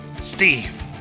steve